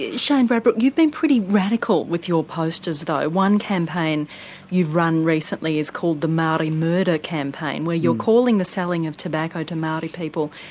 shane bradbrook you've been pretty radical with your posters though. one campaign you've run recently is called the maori murder campaign where you're calling the selling of tobacco to maori people,